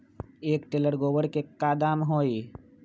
एक टेलर गोबर के दाम का होई?